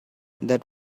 that